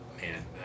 man